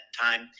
time